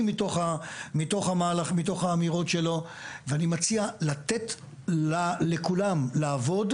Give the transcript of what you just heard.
מתוך האמירות שלו ואני מציע לתת לכולם לעבוד,